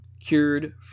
cured